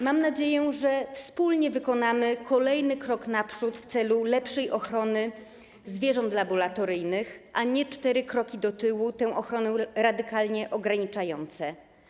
Mam nadzieję, że wspólnie wykonamy kolejny krok naprzód w celu lepszej ochrony zwierząt laboratoryjnych, a nie cztery kroki do tyłu, tę ochronę radykalnie ograniczające.